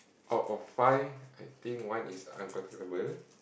out of five I think one is uncomfortable